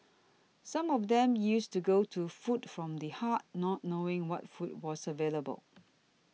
some of them used to go to Food from the Heart not knowing what food was available